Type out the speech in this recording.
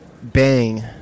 Bang